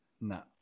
no